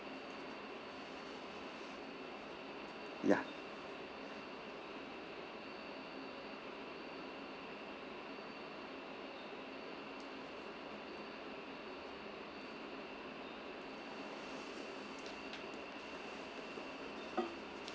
ya